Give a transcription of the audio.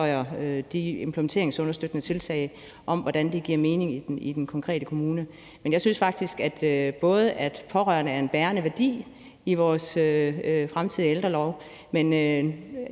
de implementeringsunderstøttende tiltag, man har, arbejder sammen om, hvordan det giver mening i den konkrete kommune. Men jeg synes faktisk, at pårørende er en bærende værdi i vores fremtidige ældrelov, og